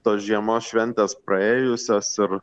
tos žiemos šventės praėjusios ir